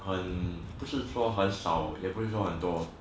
很不是说很少也不是说很多